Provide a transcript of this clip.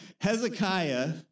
Hezekiah